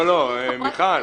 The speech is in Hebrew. לא, מיכל,